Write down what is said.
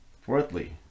Fourthly